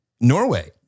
Norway